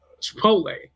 chipotle